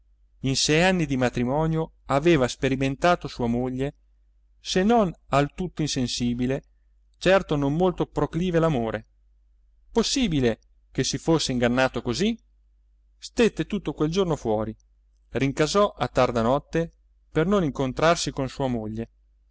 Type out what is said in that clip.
in sei anni di matrimonio aveva sperimentato sua moglie se non al tutto insensibile certo non molto proclive all'amore possibile che si fosse ingannato così stette tutto quel giorno fuori rincasò a tarda notte per non incontrarsi con sua moglie